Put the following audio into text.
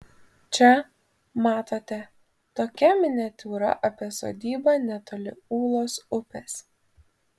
čia matote tokia miniatiūra apie sodybą netoli ūlos upės